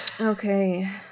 Okay